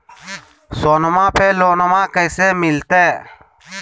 सोनमा पे लोनमा कैसे मिलते?